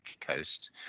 Coast